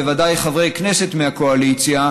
בוודאי חברי כנסת מהקואליציה,